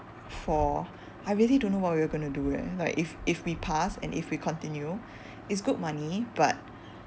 for I really don't know what we are gonna do eh like like if if we pass and if we continue it's good money but